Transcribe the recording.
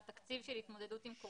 לתקציב של התמודדות עם קורונה.